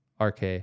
RK